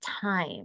time